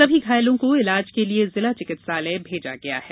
सभी घायलो को इलाज के लिये जिला चिकित्सालय भेजा गया है